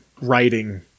writing